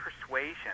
Persuasion